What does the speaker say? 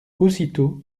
aussitôt